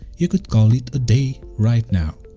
you could call it a day right now.